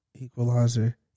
Equalizer